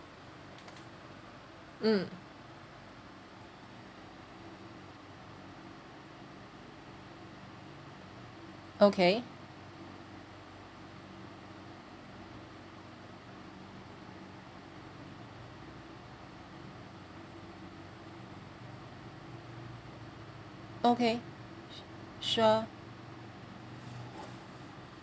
mm okay okay su~ sure